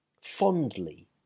fondly